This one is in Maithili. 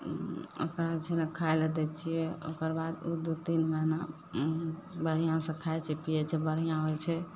ओकरा छै ने खाएले दै छिए ओकरबाद ओ दुइ तीन महिना बढ़िआँसे खाइ छै पिए छै बढ़िआँ होइ छै